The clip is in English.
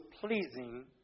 pleasing